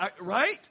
right